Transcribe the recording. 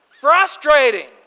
Frustrating